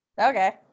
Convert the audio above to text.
Okay